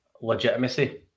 legitimacy